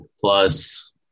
plus